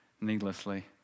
needlessly